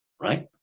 right